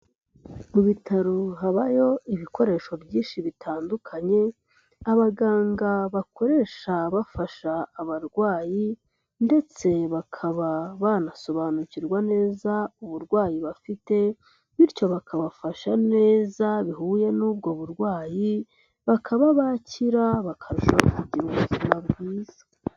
Mu bitaro haba hariho ibikoresho byinshi bitandukanye, abaganga bakoresha bafasha abarwayi ndetse bakaba banasobanukirwa neza uburwayi bafite, bityo bakabafasha neza bihuye n'ubwo burwayi, bakaba bakira bakarushaho kugira ubuzima bwiza.